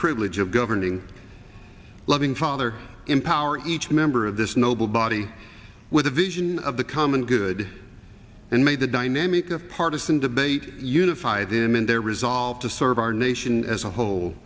privilege of governing a loving father empower each member of this noble body with a vision of the common good and may the dynamic of partisan debate unify them in their resolve to serve our nation as a whole